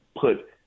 put